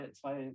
zwei